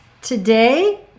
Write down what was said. today